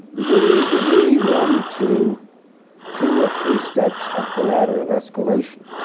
the worries that really run to two or three steps up the ladder of escalation.